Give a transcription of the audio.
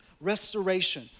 restoration